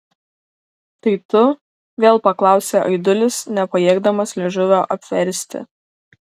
tai tu vėl paklausė aidulis nepajėgdamas liežuvio apversti